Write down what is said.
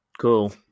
Cool